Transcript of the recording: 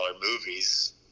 movies